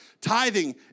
Tithing